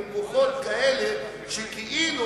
עם כוחות כאלה שכאילו